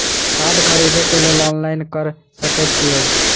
खाद खरीदे केँ लेल ऑनलाइन कऽ सकय छीयै?